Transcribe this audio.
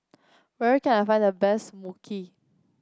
where can I find the best Mui Kee